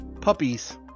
Puppies